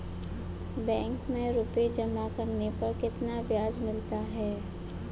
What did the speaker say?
Bank में रुपये जमा करने पर कितना ब्याज मिलता है?